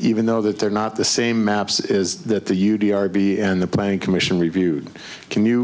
even though that they're not the same maps is that the u d r be in the planning commission reviewed can you